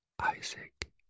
Isaac